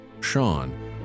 Sean